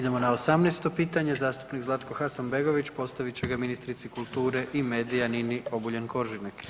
Idemo na 18. pitanje zastupnik Zlatko Hasanbegović, postavit će ga ministri kulture i medija Nini Obuljen Koržinek.